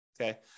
okay